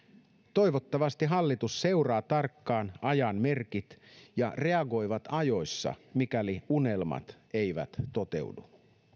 toivottavasti hallitus seuraa tarkkaan ajan merkit ja reagoi ajoissa mikäli unelmat eivät toteudu